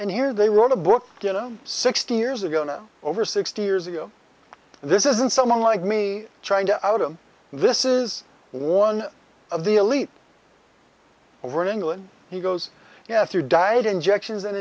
and here they wrote a book you know sixty years ago no over sixty years ago this isn't someone like me trying to out him this is one of the elite over in england he goes yeah through diet injections an